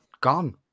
gone